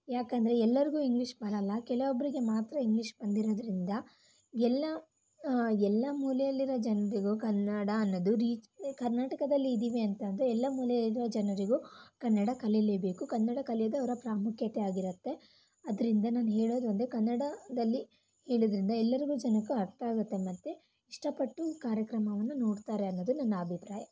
ಯಾಕಂದರೆ ಎಲ್ಲರಿಗೂ ಇಂಗ್ಲಿಷ್ ಬರಲ್ಲ ಕೆಲವೊಬ್ಬರಿಗೆ ಮಾತ್ರ ಇಂಗ್ಲಿಷ್ ಬಂದಿರೋದ್ರಿಂದ ಎಲ್ಲ ಎಲ್ಲ ಮೂಲೆಯಲ್ಲಿರೋ ಜನರಿಗೂ ಕನ್ನಡ ಅನ್ನೋದು ಕರ್ನಾಟಕದಲ್ಲಿದ್ದೀವಿ ಅಂತಂದರೆ ಎಲ್ಲ ಮೂಲೆಯಲ್ಲಿರೋ ಜನರಿಗೂ ಕನ್ನಡ ಕಲೀಲೇಬೇಕು ಕನ್ನಡ ಕಲಿಯೋದು ಅವರ ಪ್ರಾಮುಖ್ಯತೆ ಆಗಿರತ್ತೆ ಅದರಿಂದ ನಾನು ಹೇಳೋದು ಒಂದೇ ಕನ್ನಡದಲ್ಲಿ ಹೇಳೋದ್ರಿಂದ ಎಲ್ಲರಿಗೂ ಜನಕ್ಕೂ ಅರ್ಥ ಆಗತ್ತೆ ಮತ್ತು ಇಷ್ಟಪಟ್ಟು ಕಾರ್ಯಕ್ರಮವನ್ನು ನೋಡ್ತಾರೆ ಅನ್ನೋದು ನನ್ನ ಅಭಿಪ್ರಾಯ